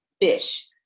fish